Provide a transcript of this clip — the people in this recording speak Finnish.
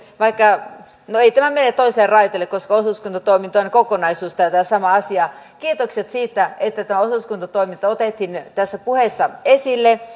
vaikka no ei tämä mene toiselle raiteelle koska osuuskuntatoiminta on kokonaisuus tätä samaa asiaa kiitokset siitä että tämä osuuskuntatoiminta otettiin tässä puheissa esille